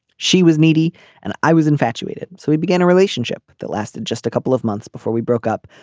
she was needy and i was infatuated so we began a relationship that lasted just a couple of months before we broke up.